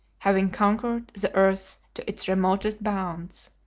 having conquered the earth to its remotest bounds.